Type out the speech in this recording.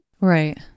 Right